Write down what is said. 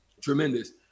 tremendous